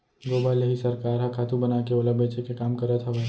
गोबर ले ही सरकार ह खातू बनाके ओला बेचे के काम करत हवय